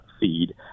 feed